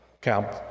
camp